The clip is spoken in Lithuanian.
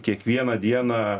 kiekvieną dieną